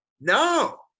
No